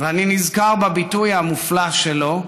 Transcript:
ואני נזכר בביטוי המופלא שלו,